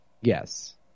Yes